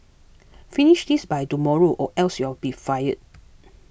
finish this by tomorrow or else you'll be fired